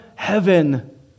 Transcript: Heaven